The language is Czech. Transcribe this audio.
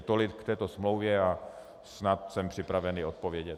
Tolik k této smlouvě a snad jsem připraven i odpovědět.